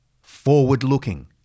forward-looking